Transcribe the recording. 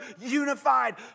unified